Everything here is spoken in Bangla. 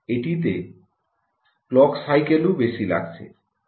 এটিতে ক্লক সাইকেলেও বেশি লাগছে